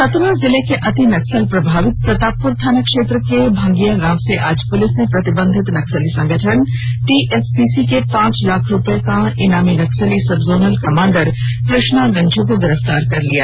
चतरा जिले के अति नक्सल प्रभावित प्रतापपुर थाना क्षेत्र के भंगिया गांव से आज पुलिस ने प्रतिबंधित नक्सली संगठन टीएसपीसी के पांच लाख रुपये के इनामी नक्सली sub zonal commander Krishna Ganju को गिरफ्तार कर लिया